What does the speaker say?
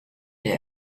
der